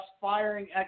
firing